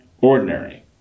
ordinary